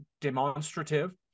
demonstrative